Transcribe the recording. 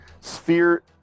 sphere